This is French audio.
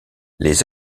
les